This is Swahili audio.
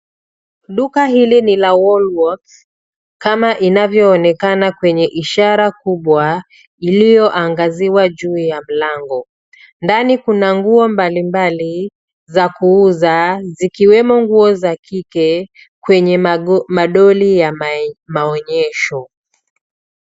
Duka hili ni la Wool'sworth kama inavyoonekana kwenye ishara kubwa iliyoangaziwa juu ya mlango. Ndani kuna nguo mbalimbali za kuuza zikiwemo nguo za kike kwenye madoli ya maonyesho.